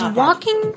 walking